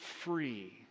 free